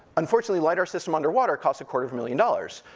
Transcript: unfortunately, lidar system underwater costs a quarter of a million dollars.